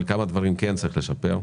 אבל כמה דברים כן צריך לשפר.